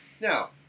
Now